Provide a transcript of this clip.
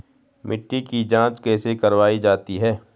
मिट्टी की जाँच कैसे करवायी जाती है?